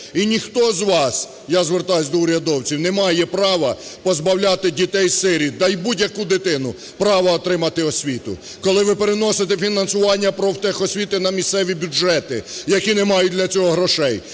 і ніхто з вас, я звертаюсь до урядовців, не має права позбавляти дітей-сиріт та й будь-яку дитину права отримати освіту. Коли ви переносите фінансування профтехосвіти на місцеві бюджети, які не мають для цього грошей,